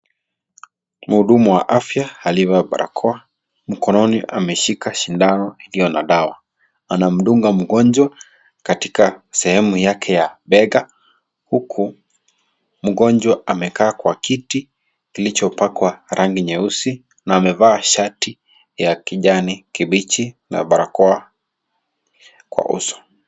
Mhudumu wa afya aliyevaa barakoa, mkononi ameshika sindano iliyo na dawa. Anamdunga mgonjwa katika sehemu yake ya bega huku mgonjwa amekaa kwa kiti, kilichopa kwa rangi nyeusi, na amevaa shati ya kijani kibichi na barakoa kwa uso.